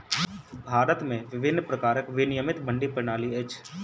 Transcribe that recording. भारत में विभिन्न प्रकारक विनियमित मंडी प्रणाली अछि